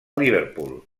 liverpool